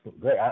great